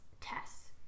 tests